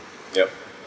yup